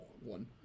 one